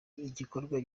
igikorwa